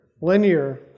linear